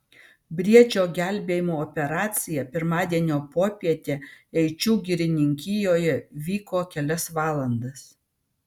briedžio gelbėjimo operacija pirmadienio popietę eičių girininkijoje vyko kelias valandas